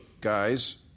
guys